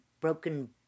broken